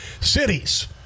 cities